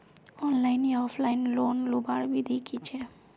Online या offline loan लुबार विधि की छे?